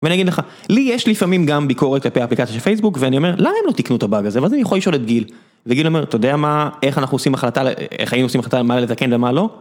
ואני אגיד לך לי יש לפעמים גם ביקורת כלפי האפליקציה של פייסבוק. ואני אומר למה הם לא תקנו את הבאג הזה? ואז אני יכול לשאול את גיל, וגיל אומר אתה יודע מה איך אנחנו עושים החלטה, איך היינו עושים החלטה על מה לתקן ומה לא